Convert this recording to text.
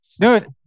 Dude